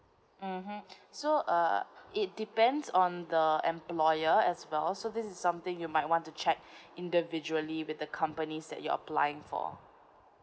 mmhmm so uh it depends on the employer as well so this is something you might want to check individually with the companies that you're applying for